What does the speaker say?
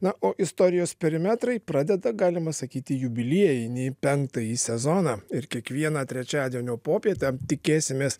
na o istorijos perimetrai pradeda galima sakyti jubiliejinį penktąjį sezoną ir kiekvieną trečiadienio popietę tikėsimės